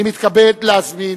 אני מתכבד להזמין,